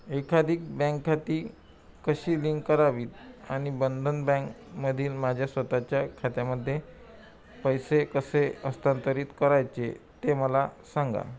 एकाधिक बँक खाती कशी लिंक करावीत आणि बंधन बँकमधील माझ्या स्वतःच्या खात्यामध्ये पैसे कसे हस्तांतरित करायचे ते मला सांगा